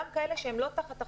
גם כאלה שהם לא תחת החוק,